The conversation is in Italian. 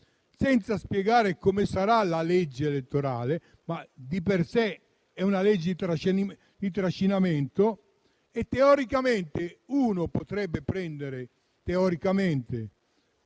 senza spiegare come sarà la legge elettorale, ma di per sé è una legge di trascinamento: teoricamente si potrebbe prendere il